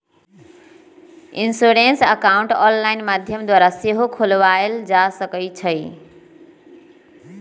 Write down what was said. insurance account online माध्यम द्वारा सेहो खोलबायल जा सकइ छइ